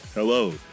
Hello